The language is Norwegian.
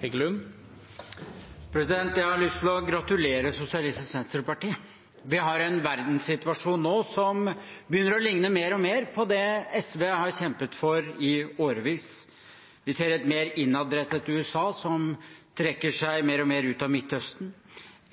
Jeg har lyst til å gratulere Sosialistisk Venstreparti. Vi har nå en verdenssituasjon som begynner å ligne mer og mer på den SV har kjempet for i årevis. Vi ser et mer innadrettet USA som trekker seg mer og mer ut av Midtøsten.